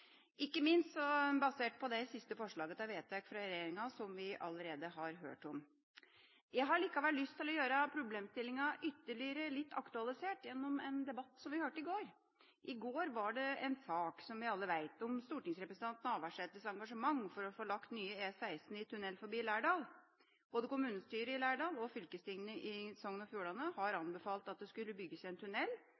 ikke minst basert på de siste forslagene fra regjeringa som vi allerede har hørt om. Jeg har likevel lyst til å gjøre problemstillinga ytterligere aktualisert via en debatt vi hørte i går. I går var det en sak, som vi alle vet, om stortingsrepresentant Navarsetes engasjement for å få lagt nye E16 i tunnel forbi Lærdal. Både kommunestyret i Lærdal og fylkestinget i Sogn og Fjordane har